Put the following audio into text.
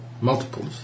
Multiples